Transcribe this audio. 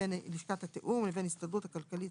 שנחתם בין לשכת התיאום של הארגונים הכלכליים